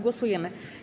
Głosujemy.